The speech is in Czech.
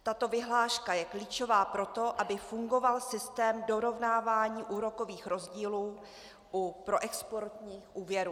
Tato vyhláška je klíčová pro to, aby fungoval systém dorovnávání úrokových rozdílů u proexportních úvěrů.